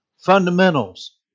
fundamentals